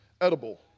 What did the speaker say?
edible